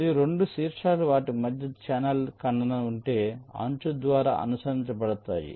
మరియు 2 శీర్షాలు వాటి మధ్య ఛానెల్ ఖండన ఉంటే అంచు ద్వారా అనుసంధానించబడతాయి